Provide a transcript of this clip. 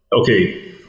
okay